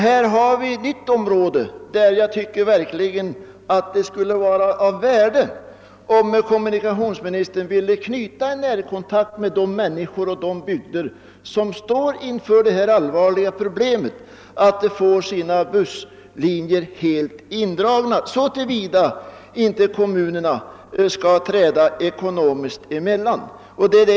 Här har vi ett nytt område där det verkligen skulle vara av värde, om kommunikationsministern ville knyta en närkontakt med de människor och bygder som står inför det allvarliga problem som det innebär att få sina busslinjer helt indragna, såvida inte kommunerna träder emellan i ekonomiskt avseende.